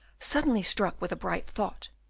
suddenly struck with a bright thought,